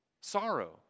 Sorrow